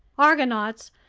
argonauts,